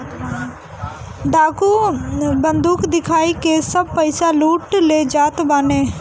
डाकू बंदूक दिखाई के सब पईसा लूट ले जात बाने